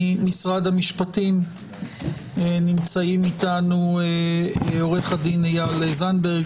ממשרד המשפטים נמצאים אתנו עו"ד איל זנדברג,